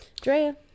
Drea